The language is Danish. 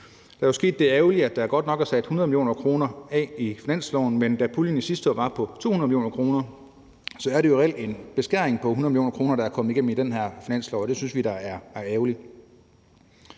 Der er jo sket det ærgerlige, at der godt nok er sat 100 mio. kr. af i finansloven, men da puljen sidste år var på 200 mio. kr., er det jo reelt en beskæring på 100 mio. kr., der er kommet igennem i den her finanslov, og det synes vi er ærgerligt.